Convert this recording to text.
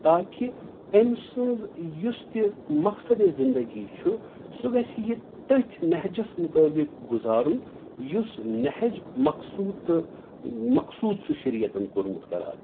تاکہِ أمۍ سٕنٛز یُس تہِ مقصدِ زِندگی چھُ سُہ گژھِ یہِ تٔتھۍ نہجس مُطٲبِق گُزارُن یُس نہج مقصوٗد تہٕ مقصوٗد چھُ شریعَتَن کوٚرمُت قرار